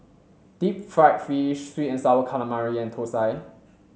deep fried fish sweet and sour calamari and Thosai